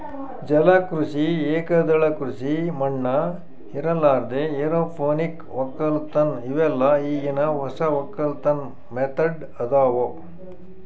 ಜಲ ಕೃಷಿ, ಏಕದಳ ಕೃಷಿ ಮಣ್ಣ ಇರಲಾರ್ದೆ ಎರೋಪೋನಿಕ್ ವಕ್ಕಲತನ್ ಇವೆಲ್ಲ ಈಗಿನ್ ಹೊಸ ವಕ್ಕಲತನ್ ಮೆಥಡ್ ಅದಾವ್